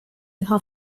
har